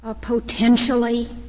potentially